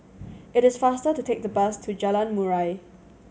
it is faster to take the bus to Jalan Murai